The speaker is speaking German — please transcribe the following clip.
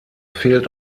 fehlt